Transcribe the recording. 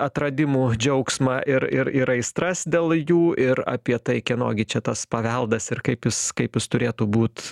atradimų džiaugsmą ir ir ir aistras dėl jų ir apie tai kieno gi čia tas paveldas ir kaip jis kaip jis turėtų būt